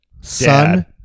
son